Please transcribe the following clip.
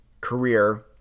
career